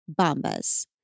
Bombas